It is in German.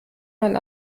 man